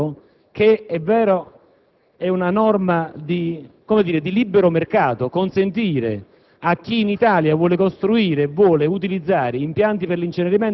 Mi appello a quanti accusano la mia parte politica di essere poco attenta alle riforme, alla concorrenza e al mercato: è